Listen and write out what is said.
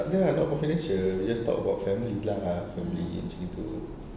tak ada lah not confidential just talk about family lah family macam gitu